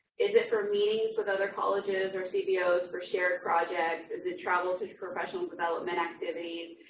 is it for meetings with other colleges or cbos for shared projects? is it travel to professional development activities?